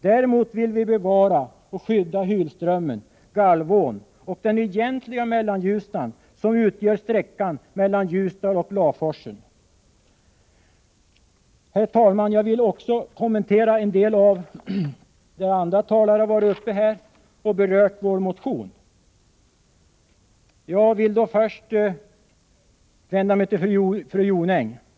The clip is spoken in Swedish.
Däremot vill vi bevara och skydda Hylströmmen, Galvån och den egentliga Mellanljusnan, som utgör sträckan Ljusdal-Laforsen. Herr talman! Jag vill även kommentera en del av vad andra talare har sagt om vår motion. Först vill jag vända mig till fru Jonäng.